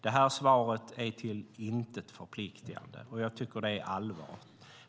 Det här svaret är till intet förpliktande. Jag tycker att det är allvarligt.